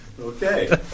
Okay